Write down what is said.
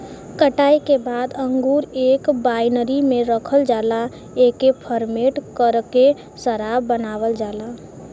कटाई के बाद अंगूर एक बाइनरी में रखल जाला एके फरमेट करके शराब बनावल जाला